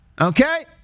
Okay